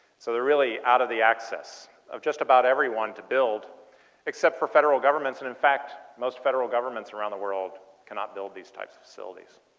so really out of the access of just about everyone to build except for federal governments and in fact most federal governments around the world cannot build these types of facilities.